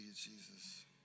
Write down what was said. Jesus